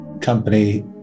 company